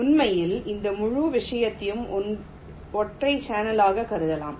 உண்மையில் இந்த முழு விஷயத்தையும் ஒற்றை சேனலாக கருதலாம்